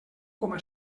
coma